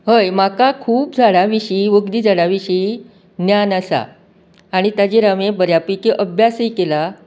हय म्हाका खूब झाडां विशी वखदी झाडां विशयी ज्ञान आसा आणी ताचेर हांवें बऱ्या पेकी अभ्यासय केला